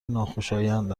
ناخوشایند